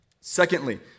Secondly